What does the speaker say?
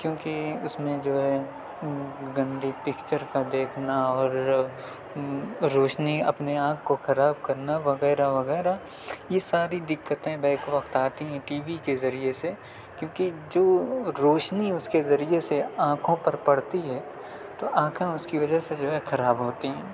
کیونکہ اس میں جو ہے گندی پکچر کا دیکھنا اور روشنی اپنے آنکھ کو خراب کرنا وغیرہ وغیرہ یہ ساری دکتیں بیک وقت آتی ہیں ٹی وی کے ذریعے سے کیونکہ جو روشنی اس کے ذریعے سے آنکھوں پر پڑتی ہے تو آنکھیں اس کی وجہ سے جو ہے خراب ہوتی ہیں